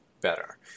better